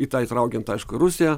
į tą įtraukiant aišku ir rusiją